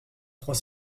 trois